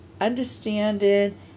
understanding